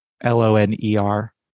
L-O-N-E-R